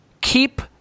keep